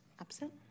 Absent